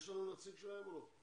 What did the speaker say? יש לנו נציג שלהם או לא?